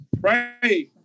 Right